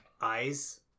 eyes